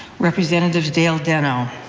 representatives dale denno,